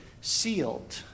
sealed